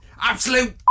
Absolute